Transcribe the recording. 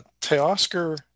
Teoscar